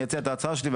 אני אציע את ההצעה שלי,